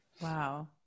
Wow